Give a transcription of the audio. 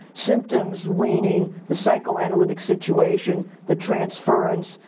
symptoms weaning, the psychoanalytic situation, the transference,